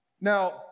Now